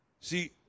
See